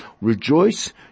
rejoice